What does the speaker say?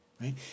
right